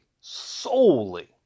solely